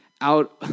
out